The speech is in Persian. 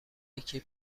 یکی